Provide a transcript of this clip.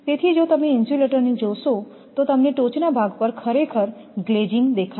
તેથી જો તમે ઇન્સ્યુલેટરને જોશો તો તમને ટોચના ભાગ પર ખરેખર ગ્લેઝિંગ દેખાશે